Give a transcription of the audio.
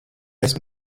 esi